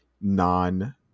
non